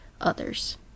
others